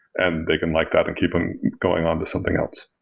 and they can like that and keep them going on to something else.